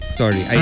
sorry